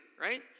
right